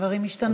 הדברים השתנו.